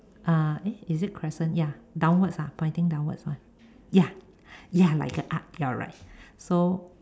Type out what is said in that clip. uh eh is it crescent ya downwards ah pointing downwards [one] ya ya like a arc you're right so